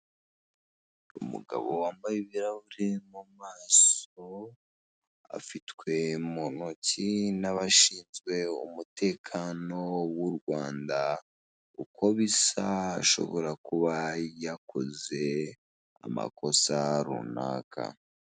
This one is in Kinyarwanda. Umugabo wambaye ibirahure mu maso afitwe mu ntoki n'abashinzwe umutekano w' u Rwanda uko bisa ashobora kuba yakoze amakosa runaka.